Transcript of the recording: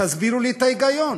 תסבירו לי את ההיגיון